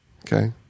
Okay